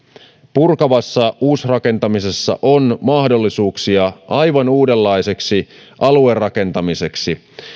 purkavassa uusrakentamisessa on mahdollisuuksia aivan uudenlaiseksi aluerakentamiseksi